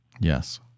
Yes